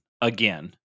again